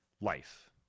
life